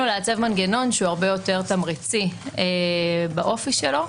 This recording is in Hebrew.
לייצב מנגנון שהוא הרבה יותר תמריצי באופי שלו,